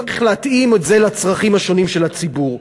צריך להתאים את זה לצרכים השונים של הציבור.